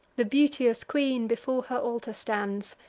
the beauteous queen before her altar stands,